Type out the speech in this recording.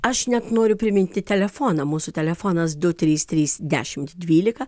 aš net noriu priminti telefoną mūsų telefonas du trys trys dešimt dvylika